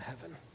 heaven